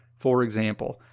for example,